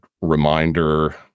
reminder